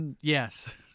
Yes